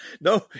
No